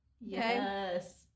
Yes